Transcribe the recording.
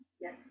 Yes